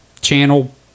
channel